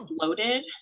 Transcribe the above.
loaded